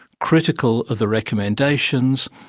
critical of the recommendations,